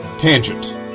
Tangent